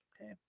Okay